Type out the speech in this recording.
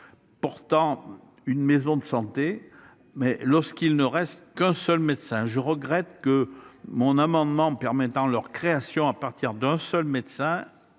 portant une maison de santé lorsqu’il ne reste qu’un seul médecin. Je regrette que mon amendement permettant leur création à partir d’un seul médecin